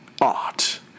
art